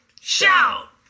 Shout